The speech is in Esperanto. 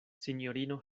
sinjorino